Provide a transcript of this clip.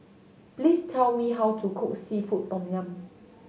please tell me how to cook seafood tom yum